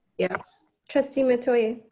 yes. trustee metoyer.